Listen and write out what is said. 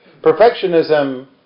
Perfectionism